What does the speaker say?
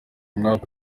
umwaka